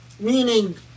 meaning